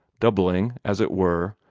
doubling, as it were,